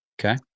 Okay